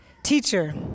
Teacher